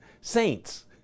saints